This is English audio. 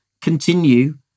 continue